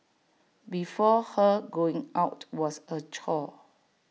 before her going out was A chore